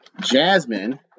jasmine